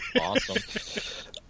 awesome